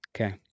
Okay